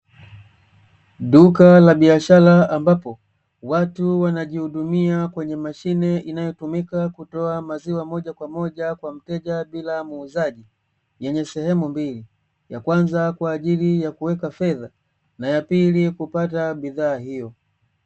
Duka la biashara ambapo watu wanajihudumia kwenye mashine inayotumika kutoa maziwa moja kwa moja kwa mteja bila muuzaji, yenye sehemu mbili, ya kwanza kwa ajili ya kuweka fedha na ya pili kupata bidhaa hiyo.